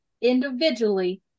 individually